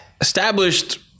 established